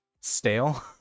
stale